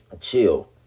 Chill